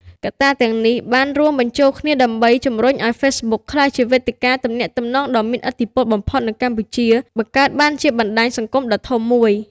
កត្តាទាំងនេះបានរួមបញ្ចូលគ្នាដើម្បីជំរុញឲ្យ Facebook ក្លាយជាវេទិកាទំនាក់ទំនងដ៏មានឥទ្ធិពលបំផុតនៅកម្ពុជា បង្កើតបានជាបណ្តាញសង្គមដ៏ធំមួយ។